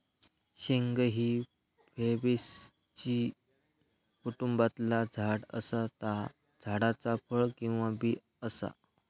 शेंग ही फॅबेसी कुटुंबातला झाड असा ता झाडाचा फळ किंवा बी असा